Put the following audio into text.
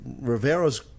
Rivero's